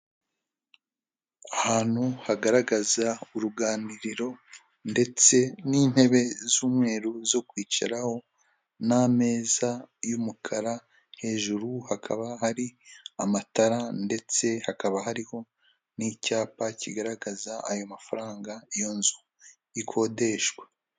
Ahantu hagaragaza uruganiriro ndetse n'intebe z'umweru zo kwicaraho n'ameza y'umukara hejuru hakaba hari amatara ndetse hakaba hariho n'icyapa kigaragaza ayo mafaranga iyo nzu ikodeshwa.